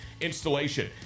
Installation